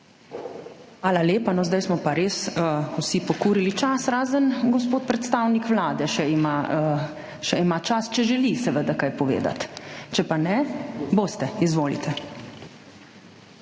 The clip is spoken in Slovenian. Hvala lepa. Zdaj smo pa res vsi pokurili čas, razen gospod predstavnik Vlade še ima čas, če želi seveda kaj povedati. Če pa ne… Boste. Izvolite.